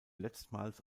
letztmals